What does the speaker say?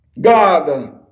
God